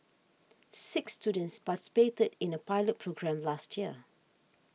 six students participated in a pilot programme last year